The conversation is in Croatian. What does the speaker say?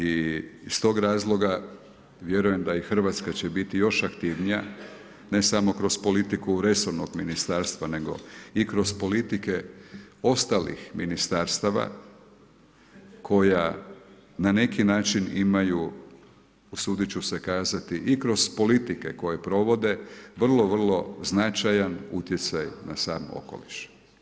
I iz tog razloga, vjerujem da i Hrvatska će biti još aktivnija, ne samo kroz politiku resornog ministarstva, nego i kroz politike ostalih ministarstava, koja na neki način imaju, usuditi ću se kazati i kroz politike koje provode vrlo, vrlo značajan utjecaj na sam okoliš.